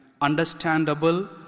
understandable